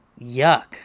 Yuck